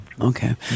Okay